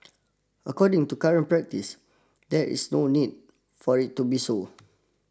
according to current practice there is no need for it to be so